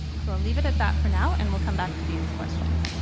so i'll leave it at that for now and we'll come back to these questions.